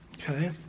Okay